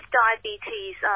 Diabetes